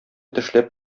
тешләп